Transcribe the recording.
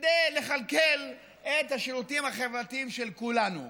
כדי לכלכל את השירותים החברתיים של כולנו.